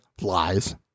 Lies